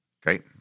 Great